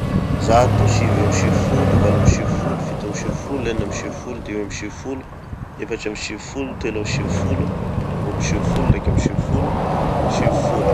Zato, sivy amby sivifolo, valo amby sivifolo, fito amby sivifolo, enina amby sivifolo, dimy amby sivifolo, efatry amby sivifolo, telo amby sivifolo, rô amby sivifolo, raiky amby sivifolo, sivifolo.